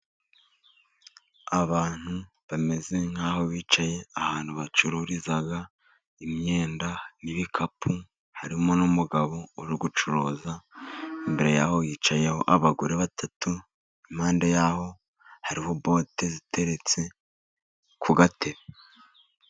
Abantu bameze nk'aho aho bicaye ahantu bacururizaga imyenda n'ibikapu, harimo n'umugabo uri gucuruza, imbere ya ho hicayeho abagore batatu, impande ya ho hariho bote ziteretse ku gatebe.